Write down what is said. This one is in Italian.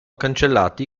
cancellati